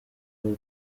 paul